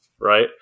Right